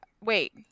Wait